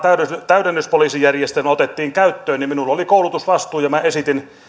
täydennyspoliisijärjestelmä otettiin käyttöön minulla oli koulutusvastuu ja minä esitin